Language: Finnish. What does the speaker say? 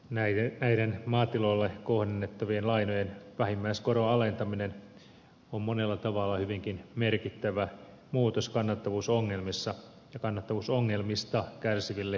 näiden maatiloille kohdennettavien lainojen vähimmäiskoron alentaminen on monella tavalla hyvinkin merkittävä muutos kannattavuusongelmista kärsiville viljelijöille